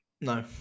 No